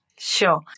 Sure